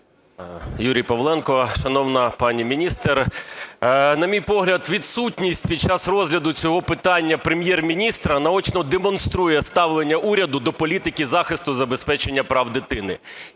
Юрій Павленко. Шановна пані міністр, на мій погляд, відсутність під час розгляду цього питання Прем'єр-міністра наочно демонструє ставлення уряду до політику захисту забезпечення прав дитини.